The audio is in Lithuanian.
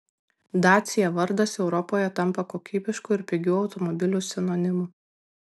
dacia vardas europoje tampa kokybiškų ir pigių automobilių sinonimu